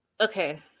okay